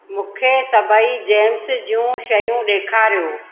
मूंखे सभई जेम्स जूं शयूं ॾेखारियो